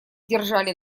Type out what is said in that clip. держали